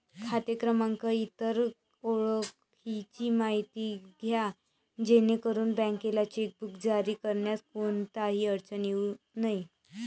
खाते क्रमांक, इतर ओळखीची माहिती द्या जेणेकरून बँकेला चेकबुक जारी करण्यात कोणतीही अडचण येऊ नये